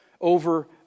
over